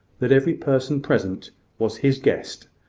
that every person present was his guest,